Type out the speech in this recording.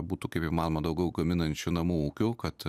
būtų kaip įmanoma daugiau gaminančių namų ūkių kad